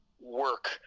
work